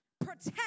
protect